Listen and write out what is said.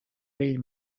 vell